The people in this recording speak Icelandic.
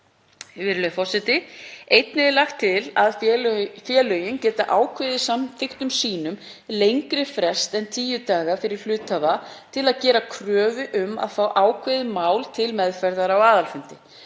Virðulegur forseti. Einnig er lagt til að félögin geti ákveðið í samþykktum sínum lengri frest en tíu daga fyrir hluthafa til að gera kröfu um að fá ákveðið mál til meðferðar á aðalfundi.